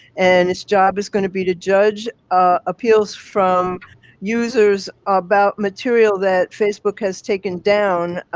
and its job is going to be to judge appeals from users about material that facebook has taken down,